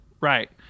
Right